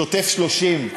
שוטף+30,